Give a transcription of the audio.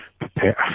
prepare